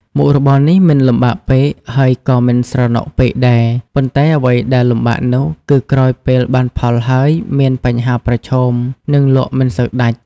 មុខរបរនេះមិនលំបាកពេក ហើយក៏មិនស្រណុកពេកដែរ ប៉ុន្តែអ្វីដែលលំបាកនោះ គឺក្រោយពេលបានផលហើយមានបញ្ហាប្រឈម និងលក់មិនសូវដាច់ ។